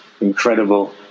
incredible